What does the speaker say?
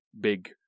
big